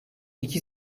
iki